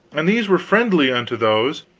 and these were friendly unto those,